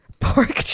Pork